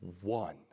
one